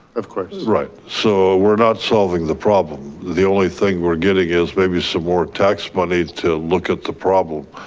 of course. right. so we're not solving the problem, the only thing we're getting is maybe some some more tax money to look at the problem.